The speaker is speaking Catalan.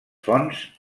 fonts